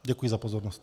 Děkuji za pozornost.